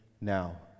now